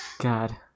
god